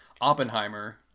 Oppenheimer